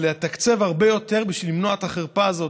אלא לתקצב הרבה יותר כדי למנוע את החרפה הזאת.